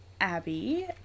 Abby